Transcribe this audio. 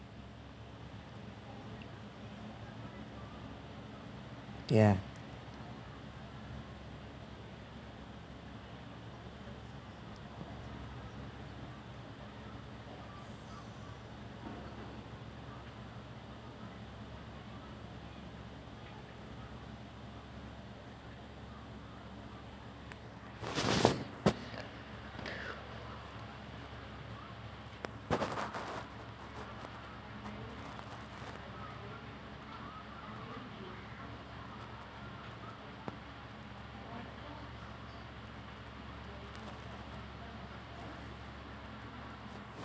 ya